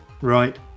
Right